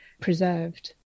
preserved